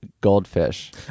goldfish